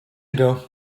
ago